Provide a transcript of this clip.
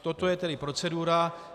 Toto je tedy procedura.